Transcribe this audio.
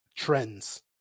Trends